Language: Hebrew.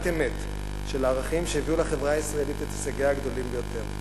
אמת של הערכים שהביאו לחברה הישראלית את הישגיה הגדולים ביותר.